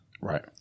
Right